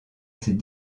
ses